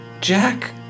Jack